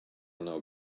now